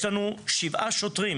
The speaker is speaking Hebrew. יש לנו שבעה שוטרים,